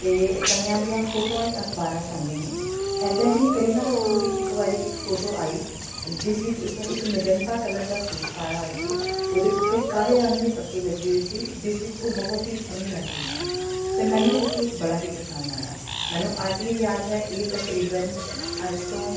ਅਤੇ ਕਈਆਂ ਦੀਆਂ ਫੋਟੋਆਂ ਹੀ ਅਖਬਾਰਾਂ 'ਚ ਆਉਂਦੀਆਂ ਨੇ ਇੱਦਾਂ ਹੀ ਕਰੀਨਾ ਕਪੂਰ ਦੀ ਇੱਕ ਵਾਰੀ ਇੱਕ ਫੋਟੋ ਆਈ ਜਿਸ ਵਿੱਚ ਉਸ ਨੇ ਇੱਕ ਮਜੰਟਾ ਕਲਰ ਦਾ ਸੂਟ ਪਾਇਆ ਹੋਇਆ ਸੀ ਉਹਦੇ ਉੱਤੇ ਕਾਲੇ ਰੰਗ ਦੀ ਪੱਟੀ ਲੱਗੀ ਹੋਈ ਸੀ ਜਿਸ ਵਿੱਚ ਉਹ ਬਹੁਤ ਹੀ ਸੋਹਣੀ ਲੱਗ ਰਹੀ ਸੀ ਅਤੇ ਮੈਨੂੰ ਉਹ ਸੂਟ ਬੜਾ ਹੀ ਪਸੰਦ ਆਇਆ ਮੈਨੂੰ ਅੱਜ ਵੀ ਯਾਦ ਹੈ ਇਹ ਤਕਰੀਬਨ ਅੱਜ ਤੋਂ